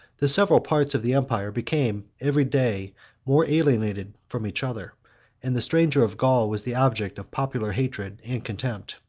the several parts of the empire became every day more alienated from each other and the stranger of gaul was the object of popular hatred and contempt.